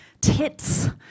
tits